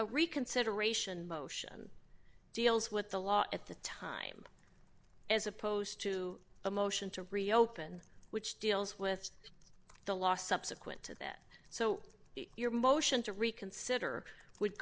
a reconsideration motion deals with the law at the time as opposed to a motion to reopen which deals with the law subsequent to that so your motion to reconsider would